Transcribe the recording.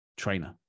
Trainer